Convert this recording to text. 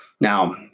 Now